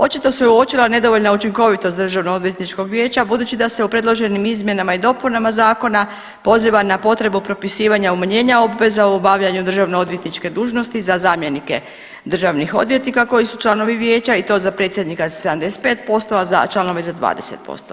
Očito se uočila nedovoljna učinkovitost DOV-a budući da se o predloženim izmjenama i dopunama zakona poziva na potrebu propisivanja umanjenja obveza u obavljanju državno odvjetničke dužnosti za zamjenike državnih odvjetnika koji su članovi vijeća i to za predsjednika 75%, a članove za 20%